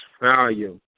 value